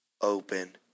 open